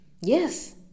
Yes